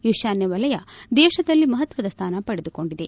ಈಶಾನ್ಹ ವಲಯ ದೇಶದಲ್ಲಿ ಮಹತ್ವದ ಸ್ಥಾನ ಪಡೆದುಕೊಂಡಿದೆ